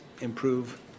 improve